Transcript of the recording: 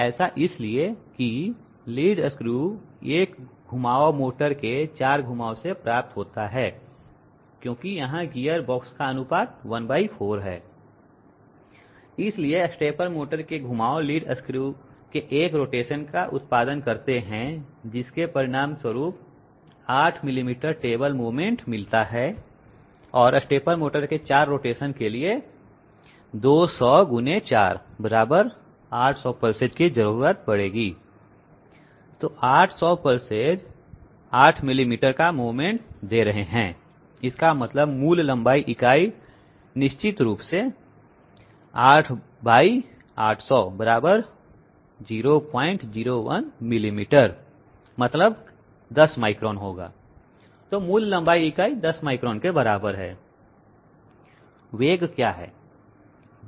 ऐसा इसलिए है कि क्योंकि लीड स्क्रु एक घुमाव मोटर के 4 घुमाव से प्राप्त होता है क्योंकि यहां गियर बॉक्स का अनुपात ¼ है इसलिए स्टेपर मोटर के 4 घुमाव लीड स्क्रु के 1 रोटेशन का उत्पादन करते हैं जिसके परिणाम स्वरूप 8 मिलीमीटर टेबल मूवमेंट मिलते हैं और स्टेपर मोटर के 4 रोटेशन के लिए 200 x 4 बराबर 800 पल्सेस की जरूरत होगी तो 800 पल्सेस 8 मिलीमीटर का मूवमेंट दे रहे हैं इसका मतलब मूल लंबाई इकाई निश्चित 8 800 बराबर 001 मिलीमीटर बराबर 10 माइक्रोन होगा तो मूल लंबाई इकाई 10 माइक्रोन के बराबर है वेग क्या है